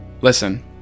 Listen